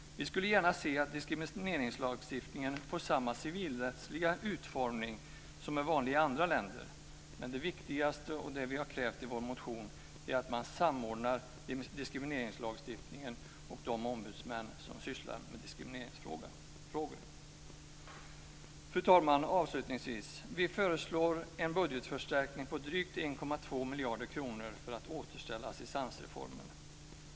Vi skulle gärna se att diskrimineringslagstiftningen får samma civilrättsliga utformning som är vanlig i andra länder. Men det viktigaste och det vi har krävt i vår motion är att man samordnar diskrimineringslagstiftningen och de ombudsmän som sysslar med diskrimineringsfrågor. Fru talman! Avslutningsvis föreslår vi en budgetförstärkning på drygt 1,2 miljarder kronor för att återställa assistansreformen.